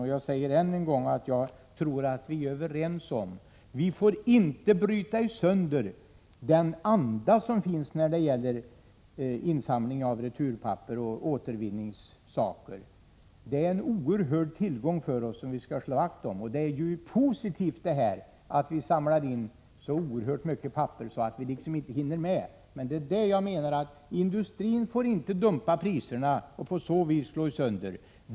Och jag vill än en gång säga att jag tror att vi är överens om att vi inte får förstöra den anda som finns när det gäller insamling och återvinning av returpapper. Detta är en oerhörd tillgång för oss som vi skall slå vakt om. Det är ju positivt att vi samlar in så oerhört mycket papper att vi inte hinner med att ta till vara det. Men jag menar att industrin inte får dumpa priserna och på så sätt förstöra detta arbete.